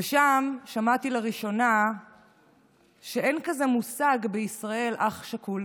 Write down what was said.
ושם שמעתי לראשונה שאין בישראל מושג כזה "אח שכול".